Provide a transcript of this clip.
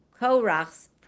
Korach's